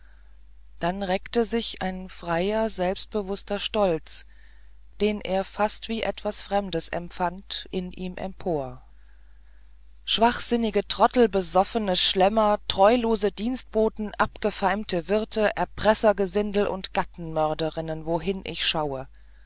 dann reckte sich ein freier selbstbewußter stolz den er fast wie etwas fremdes empfand in ihm empor schwachsinnige trottel besoffene schlemmer treulose dienstboten abgefeimte wirte erpressergesindel und gattenmörderinnen wohin ich schaue